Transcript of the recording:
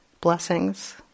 blessings